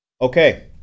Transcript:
okay